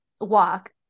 walk